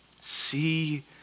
See